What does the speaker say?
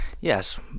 Yes